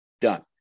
done